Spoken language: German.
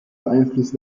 beeinflusst